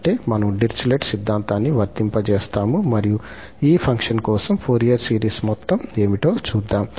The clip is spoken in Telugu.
అంటే మనము డిరిచ్లెట్ సిద్ధాంతాన్ని వర్తింపజేస్తాము మరియు ఈ ఫంక్షన్ కోసం ఫోరియర్ సిరీస్ మొత్తం ఏమిటో చూద్దాం